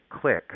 click